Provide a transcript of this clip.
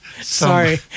Sorry